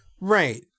Right